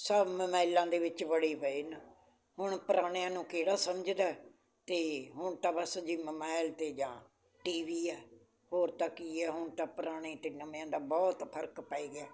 ਸਭ ਮਬਾਈਲਾਂ ਦੇ ਵਿੱਚ ਵੜੇ ਪਏ ਨੇ ਹੁਣ ਪੁਰਾਣਿਆਂ ਨੂੰ ਕਿਹੜਾ ਸਮਝਦਾ ਅਤੇ ਹੁਣ ਤਾਂ ਬਸ ਜੀ ਮੋਬਾਇਲ ਅਤੇ ਜਾਂ ਟੀ ਵੀ ਆ ਹੋਰ ਤਾਂ ਕੀ ਹੈ ਹੁਣ ਤਾਂ ਪੁਰਾਣੇ ਅਤੇ ਨਵਿਆਂ ਦਾ ਬਹੁਤ ਫਰਕ ਪੈ ਗਿਆ